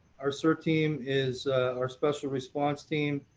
our cert team is our special response team.